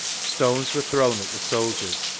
stones were thrown at the soldiers,